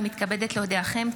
הינני מתכבדת להודיעכם,